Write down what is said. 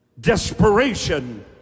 desperation